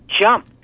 jump